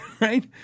right